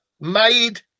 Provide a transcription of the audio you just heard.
made